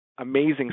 amazing